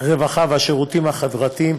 הרווחה והשירותים החברתיים